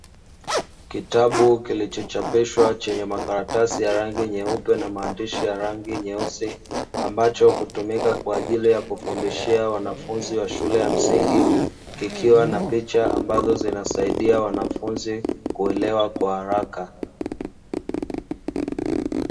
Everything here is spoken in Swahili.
Kitabu kilichochapishwa chenye makaratasi ya rangi nyeupe na maandishi ya rangi nyeusi, ambacho ikiwa na picha ambazo zinasaidia wanafunzi kuelewa kwa haraka.